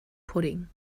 pudding